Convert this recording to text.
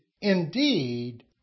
indeed